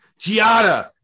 Giada